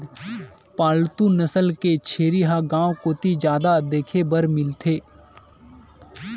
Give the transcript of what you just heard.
पालतू नसल के छेरी ह गांव कोती जादा देखे बर मिलथे